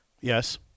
Yes